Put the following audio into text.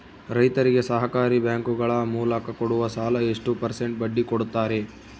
ರೈತರಿಗೆ ಸಹಕಾರಿ ಬ್ಯಾಂಕುಗಳ ಮೂಲಕ ಕೊಡುವ ಸಾಲ ಎಷ್ಟು ಪರ್ಸೆಂಟ್ ಬಡ್ಡಿ ಕೊಡುತ್ತಾರೆ?